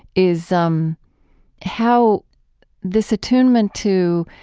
is um how this attunement to,